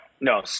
no